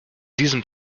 diesem